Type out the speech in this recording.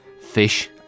fish